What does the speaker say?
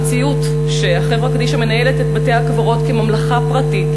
המציאות שחברה קדישא מנהלת את בתי-הקברות כממלכה פרטית,